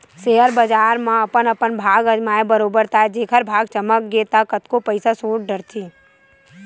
share बजार म अपन अपन भाग अजमाय बरोबर ताय जेखर भाग चमक गे ता कतको पइसा सोट डरथे